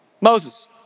Moses